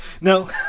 No